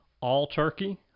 all-turkey